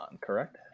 correct